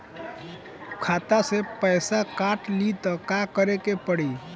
खाता से पैसा काट ली त का करे के पड़ी?